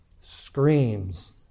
screams